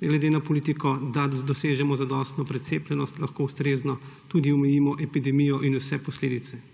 ne glede na politiko, da dosežemo zadostno precepljenost, lahko ustrezno tudi omejimo epidemijo in vse posledice.